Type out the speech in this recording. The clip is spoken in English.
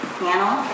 panel